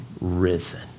risen